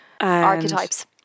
Archetypes